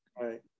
right